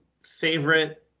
favorite